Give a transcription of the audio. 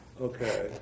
Okay